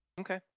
Okay